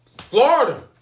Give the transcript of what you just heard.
Florida